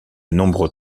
nombreux